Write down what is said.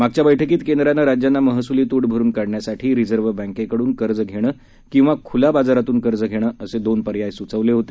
मागच्या बैठकीत केंद्रानं राज्यांना महसूली तूट भरून काढण्यासाठी रिजव्ह बँकेकडून कर्ज घेणं किंवा खुल्या बाजारातून कर्ज घेणं असे दोन पर्याय सूचवले होते